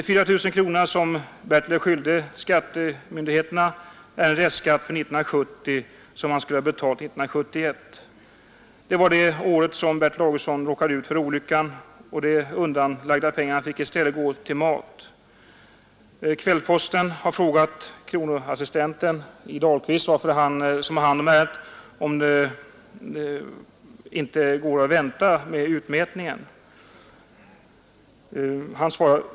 De 4 000 kronorna som Bertil är skyldig skattemyndigheterna är en restskatt för 1970 som han skulle ha betalat 1971. Det var det året som Bertil Augustsson råkade ut för olyckan, och de undanlagda pengarna fick i stället gå till mat. KvP har frågat kronoassistent I. Dahlqvist, som har hand om ärendet, om det inte går att vänta med utmätningen?